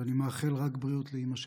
ואני מאחל רק בריאות לאימא שלך.